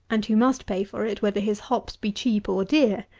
and who must pay for it, whether his hops be cheap or dear.